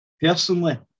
Personally